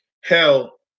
hell